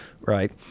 right